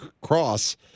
cross